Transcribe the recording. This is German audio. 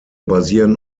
basieren